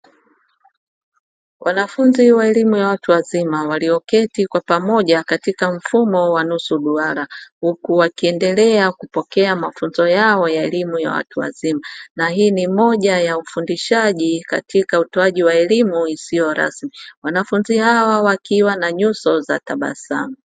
Wanafunzi wa elimu ya watu wazima, walioketi kwa pamoja katika mfumo wa nusu duara, huku wakiendelea kupokea mafunzo yao ya elimu ya watu wazima. Na hii ni moja ya ufundishaji katika utoaji wa elimu isiyo rasmi. Wanafunzi hawa wakiwa na nyuso za tabasamu.